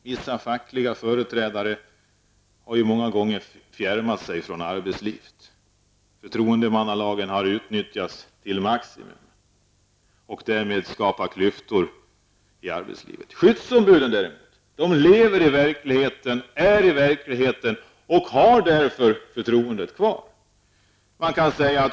Vissa fackliga företrädare har många gånger fjärmat sig från arbetslivet. Förtroendemannalagen har utnyttjats till maximum och därmed skapat klyftor i arbetslivet. Skyddsombuden lever i verkligheten och har därför förtroendet kvar.